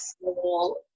small